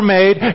made